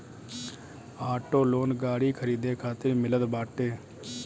auto loan गाड़ी खरीदे खातिर मिलत बाटे